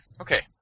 Okay